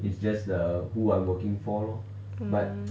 it's just the who I'm working for lor but